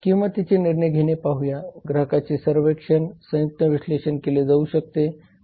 किंमतीचे निर्णय घेणे पाहूया ग्राहक सर्वेक्षण संयुक्त विश्लेषण केले जाऊ शकते